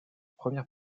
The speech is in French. première